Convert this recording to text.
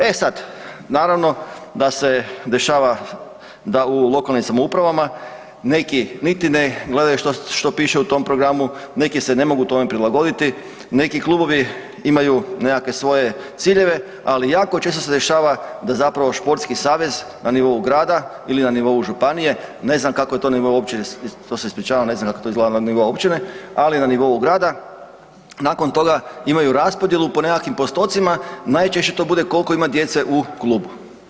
E sad, naravno da se dešava da u lokalnim samoupravama neki niti ne gledaju što piše u tom programu, neki se ne mogu tome prilagoditi, neki klubovi imaju nekakve svoje ciljeve, ali jako često se dešava da zapravo športski savez na nivou grada ili na nivou županije, ne kako je to nivo uopće to se ispričavam na znam kako to izgleda na nivo općine, ali na nivou grada nakon toga imaju raspodjelu po nekakvim postocima, najčešće to bude koliko ima djece u klubu.